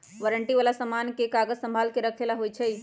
warranty वाला समान के कागज संभाल के रखे ला होई छई